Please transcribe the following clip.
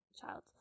child